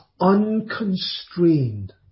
unconstrained